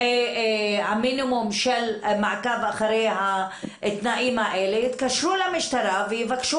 המינימום של מעקב אחרי התנאים האלה יתקשרו למשטרה ויבקשו